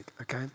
Okay